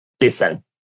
listen